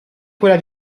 quella